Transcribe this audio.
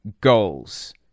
goals